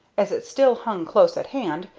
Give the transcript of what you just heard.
as it still hung close at hand,